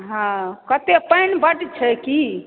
कते पानि बड्ड छै की